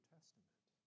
Testament